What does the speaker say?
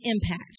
impact